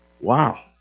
Wow